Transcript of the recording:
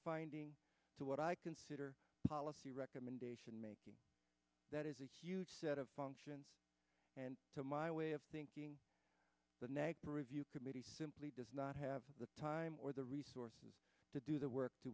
finding to what i consider policy recommendation making that is a huge set of functions and to my way of thinking the nagpur review committee simply does not have the time or the resources to do the work to